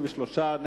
33,